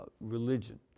religion